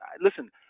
listen